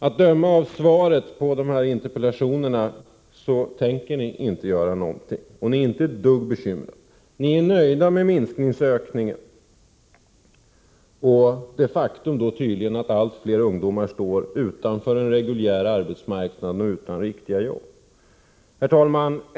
Att döma av svaret på interpellationerna tänker ni inte göra någonting, och ni är inte ett dugg bekymrade. Ni är nöjda med minskningsökningen och det faktum att allt fler ungdomar står utanför den reguljära arbetsmarknaden och utan riktiga jobb. Herr talman!